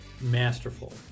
masterful